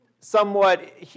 Somewhat